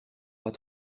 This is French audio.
pas